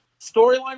Storyline